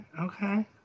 Okay